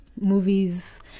movies